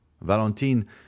Valentine